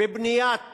בבניית